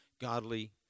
godly